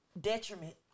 Detriment